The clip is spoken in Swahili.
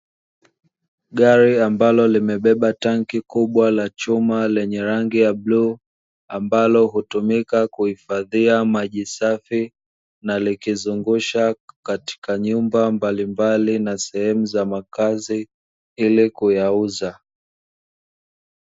Gari ambalo limebeba tanki kubwa la chuma lenye rangi ya bluu ambalo hutumika kuhifadhia maji safi, na likizungusha katika nyumba mbalimbali na sehemu za makazi ili kuyauza.